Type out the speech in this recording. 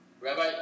Rabbi